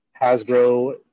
Hasbro